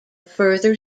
further